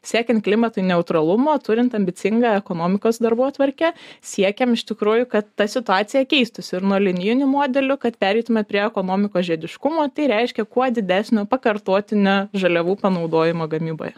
siekiant klimatui neutralumo turint ambicingą ekonomikos darbotvarkę siekiam iš tikrųjų kad ta situacija keistųsi ir nuo linijinių modelių kad pereitume prie ekonomikos žiediškumo tai reiškia kuo didesnio pakartotinio žaliavų panaudojimo gamyboje